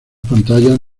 pantallas